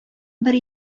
бер